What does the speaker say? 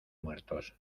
muertos